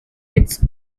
its